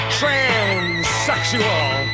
transsexual